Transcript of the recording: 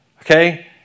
Okay